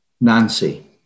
Nancy